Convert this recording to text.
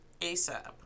asap